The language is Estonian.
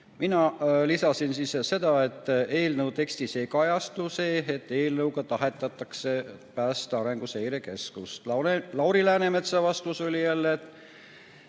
Mina lisasin seda, et eelnõu tekstis ei kajastu see, et eelnõuga tahetakse päästa Arenguseire Keskust. Lauri Läänemetsa vastus oli jälle